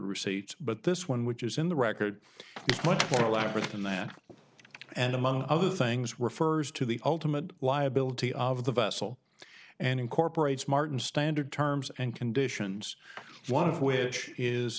receipts but this one which is in the record twenty or elaborate in that and among other things refers to the ultimate liability of the vessel and incorporates martin standard terms and conditions one of which is